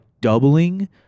doubling